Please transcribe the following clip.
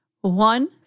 One